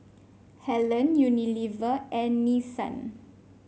Helen Unilever and Nissan